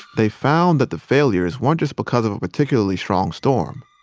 they found that the failures weren't just because of a particularly strong storm.